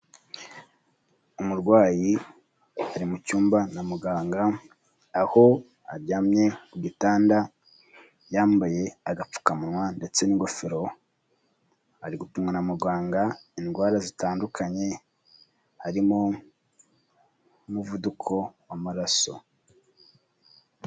Umurwayi ari mu cyumba na muganga aho aryamye ku gitanda yambaye agapfukamunwa ndetse n'ingofero, ari gupimwa na muganga indwara zitandukanye harimo umuvuduko w'amaraso.